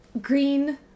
green